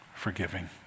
forgiving